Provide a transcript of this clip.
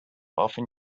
often